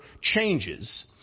changes